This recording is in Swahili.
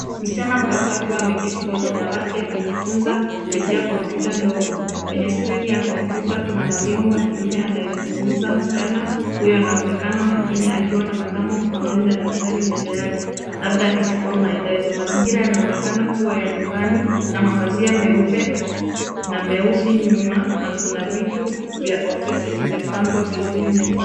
Msichana mdogo akiwa ameketi kwenye dawati akijifunza kupitia kompyuta ndogo. Kwenye skrini ya kompyuta kuna mwalimu wa kiume anayezungumza. Msichana huyo anaonekana makini, akiwa na kalamu mkononi na daftari mbele yake, labda akichukua maelezo. Mazingira yanaonekana kuwa ya nyumbani na mapazia meupe na meusi nyuma, na kuna vitu vya ofisi vimepangwa vizuri mezani.